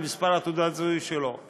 למספר תעודות הזיהוי שלו,